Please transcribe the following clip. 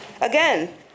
Again